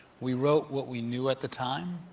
we wrote what we knew at the time,